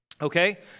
Okay